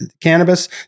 cannabis